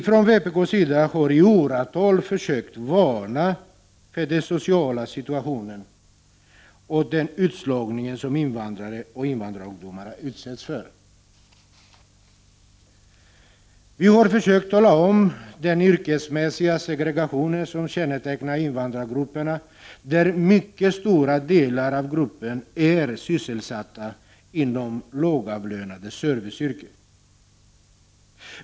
Från vpk:s sida har vi i åratal försökt varna för den sociala situation och den utslagning som invandrare och framför allt invandrarungdomar utsätts för. Vi har försökt påtala den yrkesmässiga segregation som kännetecknar invandrargruppen. Mycket stora delar av invandrargruppen är sysselsatta inom lågavlönade serviceyrken.